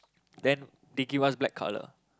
then they give us black color